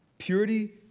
Purity